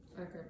Okay